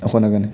ꯍꯣꯠꯅꯒꯅꯤ